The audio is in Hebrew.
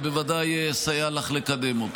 ובוודאי אסייע לך לקדם אותו.